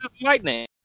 Lightning